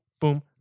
boom